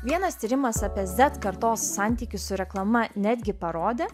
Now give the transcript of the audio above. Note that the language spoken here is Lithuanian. vienas tyrimas apie z kartos santykius su reklama netgi parodė